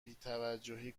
بیتوجهی